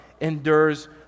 endures